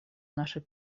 нашей